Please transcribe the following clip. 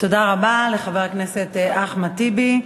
תודה רבה לחבר הכנסת אחמד טיבי.